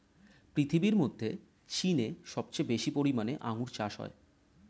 পৃথিবীর মধ্যে চীনে সবচেয়ে বেশি পরিমাণে আঙ্গুর চাষ হয়